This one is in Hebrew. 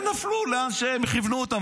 הם נפלו לאן שהם כיוונו אותם,